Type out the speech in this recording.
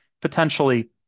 potentially